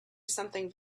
something